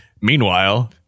Meanwhile